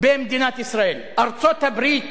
במדינת ישראל: ארצות-הברית